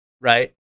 Right